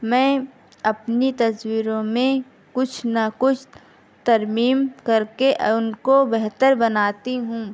میں اپنی تصویروں میں کچھ نہ کچھ ترمیم کر کے ان کو بہتر بناتی ہوں